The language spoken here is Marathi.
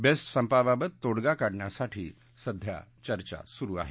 बेस्ट संपाबाबत तोडगा काढण्यासाठी सध्या चर्चा सुरु आहे